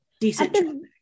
decent